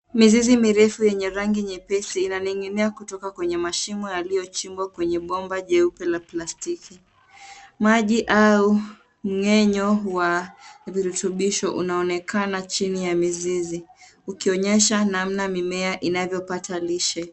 Mizizi mirefu yenye rangi nyepesi inaning'inia kutoka kwenye mashimo yaliyochimbwa kwenye bomba jeupe la plastiki. Maji au mng'enyo wa virutubisho unaonekana chini ya mizizi ukionyesha namna mimea inavyopata lishe.